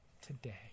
today